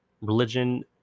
religion